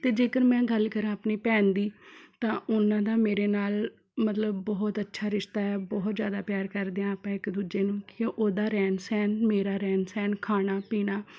ਅਤੇ ਜੇਕਰ ਮੈਂ ਗੱਲ ਕਰਾਂ ਆਪਣੀ ਭੈਣ ਦੀ ਤਾਂ ਉਹਨਾਂ ਦਾ ਮੇਰੇ ਨਾਲ ਮਤਲਬ ਬਹੁਤ ਅੱਛਾ ਰਿਸ਼ਤਾ ਹੈ ਬਹੁਤ ਜ਼ਿਆਦਾ ਪਿਆਰ ਕਰਦੇ ਹਾਂ ਆਪਾਂ ਇੱਕ ਦੂਜੇ ਨੂੰ ਉਹਦਾ ਰਹਿਣ ਸਹਿਣ ਮੇਰਾ ਰਹਿਣ ਸਹਿਣ ਖਾਣਾ ਪੀਣਾ